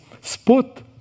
spot